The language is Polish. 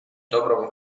dobrą